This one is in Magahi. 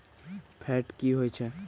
फैट की होवछै?